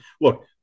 look